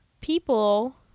people